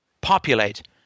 populate